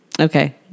okay